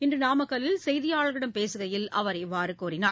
இன்று நாமக்கல்லில் செய்தியாளர்களிடம் பேசுகையில் அவர் இவ்வாறு கூறினார்